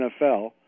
NFL